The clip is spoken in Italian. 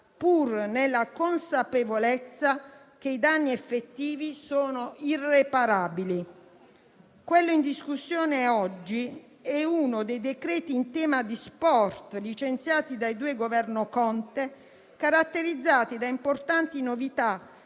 pur nella consapevolezza che i danni effettivi sono irreparabili. Quello in discussione oggi è uno dei decreti in tema di sport licenziati dai due Governi Conte caratterizzati da importanti novità